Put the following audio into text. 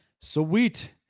sweet